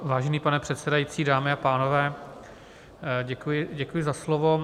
Vážený pane předsedající, dámy a pánové, děkuji za slovo.